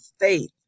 faith